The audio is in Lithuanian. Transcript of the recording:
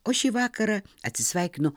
o šį vakarą atsisveikinu